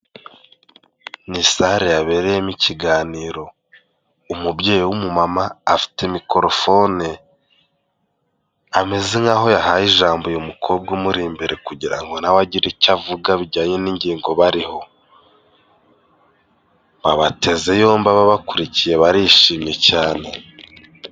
Ni sare yabereyemo ikiganiro. Umubyeyi w'umumama afite mikorofone. Ameze nkahoaho yahaye ijambo uyu mukobwa umuri imbere kugira nawe agire icyo avuga bijyanye n'ingingo bariho. Babateze yombi ababa bakurikiye barishimye cyane.